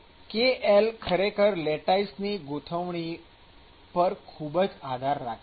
kl ખરેખર લેટાઈસની ગોઠવણી પર ખૂબ જ આધાર રાખે છે